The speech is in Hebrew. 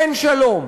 אין שלום,